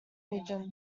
region